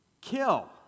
kill